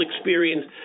experience